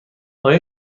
آیا